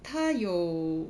它有